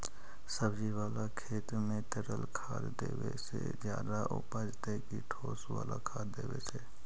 सब्जी बाला खेत में तरल खाद देवे से ज्यादा उपजतै कि ठोस वाला खाद देवे से?